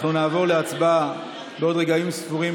אנחנו נעבור להצבעה בעוד רגעים ספורים,